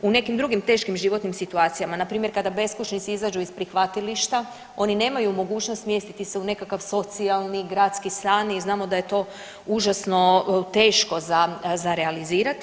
U nekim drugim teškim životnim situacijama npr. kada beskućnici izađu iz prihvatilišta oni nemaju mogućnost smjestiti se u nekakav socijalni gradski stan i znamo da je to užasno teško za, za realizirati.